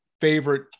favorite